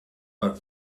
but